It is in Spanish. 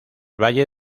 valle